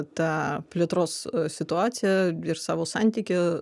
tą plėtros situaciją ir savo santykį